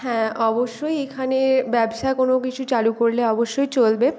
হ্যাঁ অবশ্যই এখানে ব্যবসা কোনো কিছু চালু করলে অবশ্যই চলবে